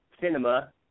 cinema